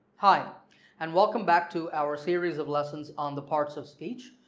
hi and welcome back to our series of lessons on the parts of speech,